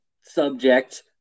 subject